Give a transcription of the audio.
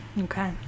Okay